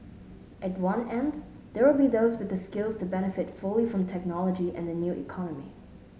at one end there will be those with the skills to benefit fully from technology and the new economy